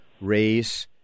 race